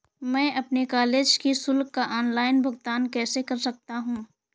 मैं अपने कॉलेज की शुल्क का ऑनलाइन भुगतान कैसे कर सकता हूँ?